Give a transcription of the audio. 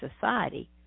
society